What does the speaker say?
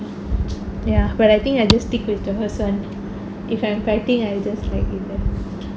ya but I think I just stick with the horse one if I'm fighting I just like